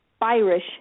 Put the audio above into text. Irish